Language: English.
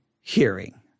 hearing